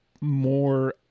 more